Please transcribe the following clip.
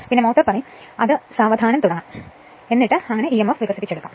പിന്നെ മോട്ടോർ അത് സാവധാനം തുടങ്ങും എന്നിട്ട് തിരികെ ഇഎംഎഫ് വികസിപ്പിക്കും